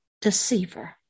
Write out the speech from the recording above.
deceiver